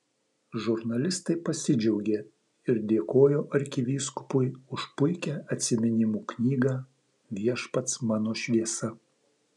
žurnalistai pasidžiaugė ir dėkojo arkivyskupui už puikią atsiminimų knygą viešpats mano šviesa